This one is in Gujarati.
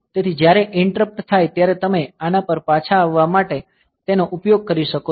તેથી જ્યારે ઈંટરપ્ટ થાય ત્યારે તમે આના પર પાછા આવવા માટે તેનો ઉપયોગ કરી શકો છો